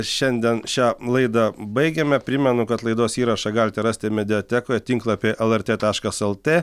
šiandien šią laidą baigiame primenu kad laidos įrašą galite rasti mediatekoje tinklapyje lrt taškas lt